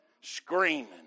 Screaming